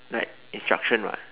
like instruction [what]